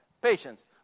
Patience